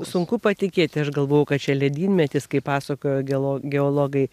sunku patikėti aš galvojau kad čia ledynmetis kaip pasakojo gelo geologai